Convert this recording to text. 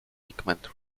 pigment